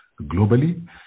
globally